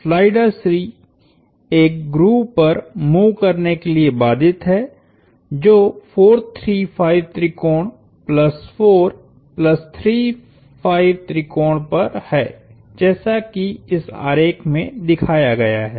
slider C एक groove पर move करने के लिए बाधित है जो 4 3 5 त्रिकोण प्लस 4 प्लस 3 5 त्रिकोण पर है जैसा कि इस आरेख में दिखाया गया है